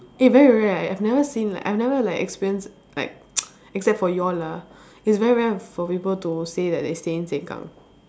eh very rare eh I have never seen like I have never like experience like except for you all lah it's very rare for people to say that they stay in Sengkang